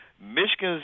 Michigan's